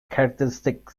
characteristic